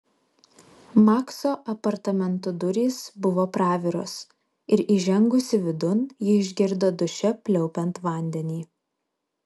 makso apartamentų durys buvo praviros ir įžengusi vidun ji išgirdo duše pliaupiant vandenį